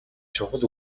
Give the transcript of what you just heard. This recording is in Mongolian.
чухал